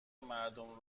مردم